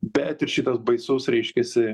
bet ir šitas baisus reiškiasi